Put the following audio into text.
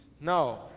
No